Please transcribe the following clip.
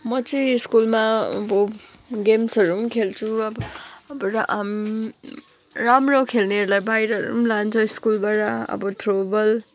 म चाहिँ स्कुलमा अब गेम्सहरू पनि खेल्छु अब अब राम्रो खेल्नेहरूलाई बाहिरहरू लान्छ स्कुलबाट अब थ्रो बल